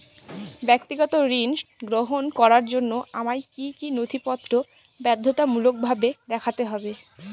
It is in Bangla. ব্যক্তিগত ঋণ গ্রহণ করার জন্য আমায় কি কী নথিপত্র বাধ্যতামূলকভাবে দেখাতে হবে?